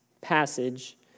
passage